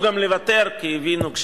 והנה כאן